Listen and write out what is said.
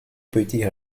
petits